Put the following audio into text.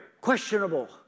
questionable